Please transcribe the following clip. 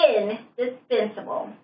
Indispensable